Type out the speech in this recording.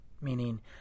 meaning